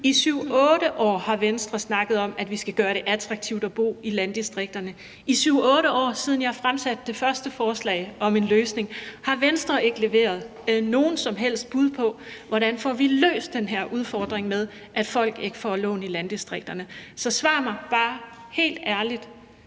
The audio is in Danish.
I 7-8 år har Venstre snakket om, at vi skal gøre det attraktivt at bo i landdistrikterne. I 7-8 år, siden jeg fremsatte det første forslag om en løsning, har Venstre ikke leveret nogen som helst bud på, hvordan vi får løst den her udfordring med, at folk ikke får lån i landdistrikterne. Så svar mig bare helt ærligt: